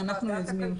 ייעוץ שאנחנו יוזמים.